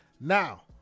Now